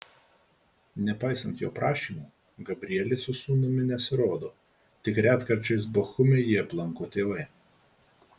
nepaisant jo prašymų gabrielė su sūnumi nesirodo tik retkarčiais bochume jį aplanko tėvai